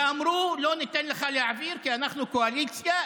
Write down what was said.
ואמרו: לא ניתן לך להעביר כי אנחנו קואליציה,